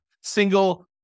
single